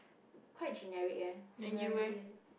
quite generic leh similarity leh